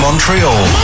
Montreal